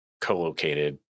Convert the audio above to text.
co-located